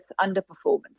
underperformance